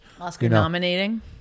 Oscar-nominating